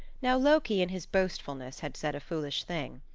now loki in his boastfulness had said a foolish thing.